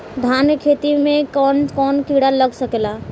धान के खेती में कौन कौन से किड़ा लग सकता?